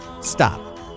stop